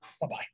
Bye-bye